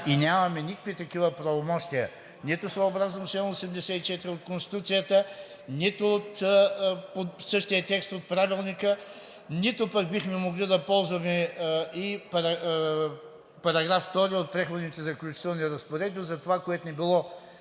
и нямаме никакви такива правомощия нито съобразно чл. 84 от Конституцията, нито по същия текст от Правилника, нито пък бихме могли да ползваме и § 2 от Преходните и заключителните разпоредби за това, което не е точно